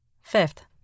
Fifth